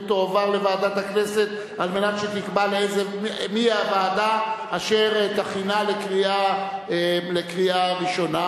ותועבר לוועדת הכנסת על מנת שתקבע מי הוועדה אשר תכינה לקריאה ראשונה.